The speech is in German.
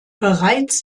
bereits